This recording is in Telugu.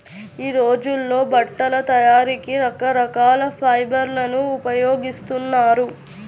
యీ రోజుల్లో బట్టల తయారీకి రకరకాల ఫైబర్లను ఉపయోగిస్తున్నారు